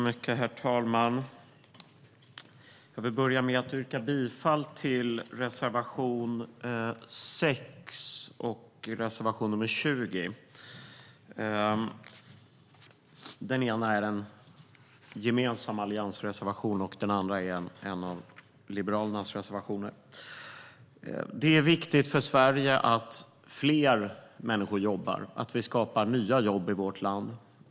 Herr talman! Jag vill börja med att yrka bifall till reservation nr 6 och reservation nr 20. Den ena reservationen är en gemensam alliansreservation, och den andra är en av Liberalernas reservationer. Det är viktigt för Sverige att fler människor jobbar, att vi skapar nya jobb i vårt land.